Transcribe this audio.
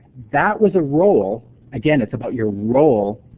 that was a role again, it's about your role,